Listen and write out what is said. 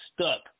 stuck